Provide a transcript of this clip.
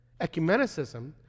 Ecumenicism